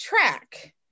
track